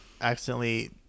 accidentally